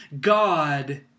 God